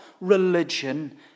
religion